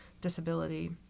disability